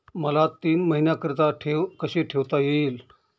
मला तीन महिन्याकरिता ठेव कशी ठेवता येईल?